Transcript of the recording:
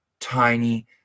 tiny